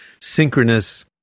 synchronous